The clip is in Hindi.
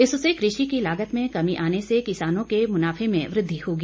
इससे कृषि की लागत में कमी आने से किसानों के मुनाफे में वृद्धि होगी